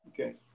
Okay